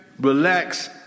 relax